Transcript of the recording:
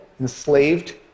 enslaved